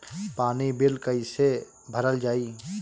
पानी बिल कइसे भरल जाई?